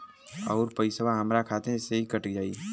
अउर पइसवा हमरा खतवे से ही कट जाई?